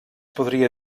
podria